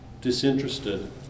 disinterested